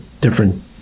different